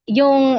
yung